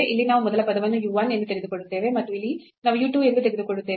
ಇಲ್ಲಿ ನಾವು ಮೊದಲ ಪದವನ್ನು u 1 ಎಂದು ತೆಗೆದುಕೊಳ್ಳುತ್ತೇವೆ ಮತ್ತು ಇಲ್ಲಿ ನಾವು u 2 ಎಂದು ತೆಗೆದುಕೊಳ್ಳುತ್ತೇವೆ